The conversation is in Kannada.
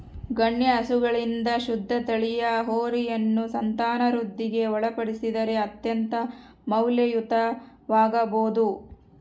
ಗಣ್ಯ ಹಸುಗಳಿಂದ ಶುದ್ಧ ತಳಿಯ ಹೋರಿಯನ್ನು ಸಂತಾನವೃದ್ಧಿಗೆ ಒಳಪಡಿಸಿದರೆ ಅತ್ಯಂತ ಮೌಲ್ಯಯುತವಾಗಬೊದು